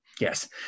Yes